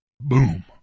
boom